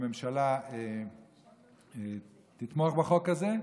הממשלה תתמוך בחוק הזה,